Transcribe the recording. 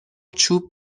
چوب